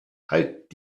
halt